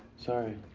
sorry.